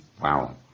wow